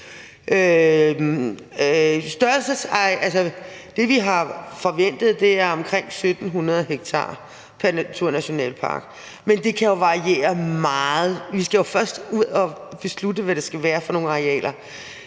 det, vi har forventet, omkring 1.700 ha pr. naturnationalpark, men det kan jo variere meget. Vi skal jo først ud og beslutte, hvad det skal være for nogle arealer.